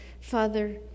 Father